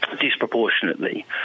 disproportionately